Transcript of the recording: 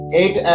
eight